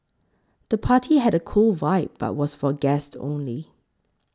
the party had a cool vibe but was for guests only